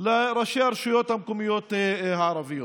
לראשי הרשויות המקומיות הערביות.